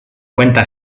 cuenta